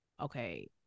Okay